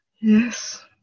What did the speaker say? Yes